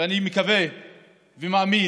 ואני מקווה ומאמין